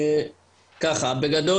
בגדול,